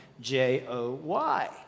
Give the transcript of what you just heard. J-O-Y